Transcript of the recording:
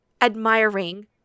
admiring